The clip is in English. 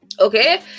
okay